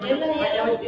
ya lah ya lah